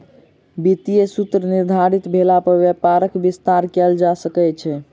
वित्तीय सूत्र निर्धारित भेला पर व्यापारक विस्तार कयल जा सकै छै